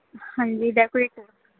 ہاں جی ڈیکوریٹر